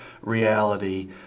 reality